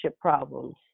problems